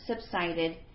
subsided